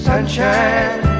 Sunshine